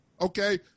Okay